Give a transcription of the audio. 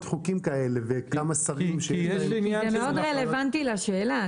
חוקים כאלה --- זה מאוד רלוונטי לשאלה.